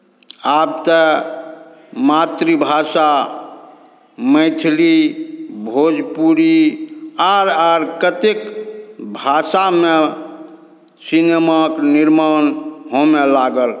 आब तऽ मातृभाषा मैथिली भोजपुरी आर आर कतेक भाषामे सिनेमाक निर्माण होमय लागल